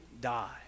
die